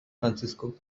francisco